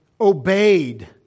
obeyed